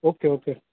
okay okay